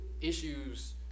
issues